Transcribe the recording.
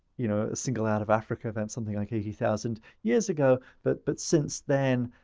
you know, a single out-of-africa events something like eighty thousand years ago. but but since then,